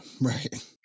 Right